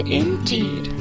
indeed